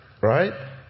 Right